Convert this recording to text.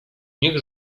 niech